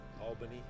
Albany